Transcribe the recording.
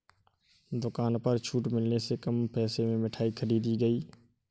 दुकान पर छूट मिलने से कम पैसे में मिठाई खरीदी गई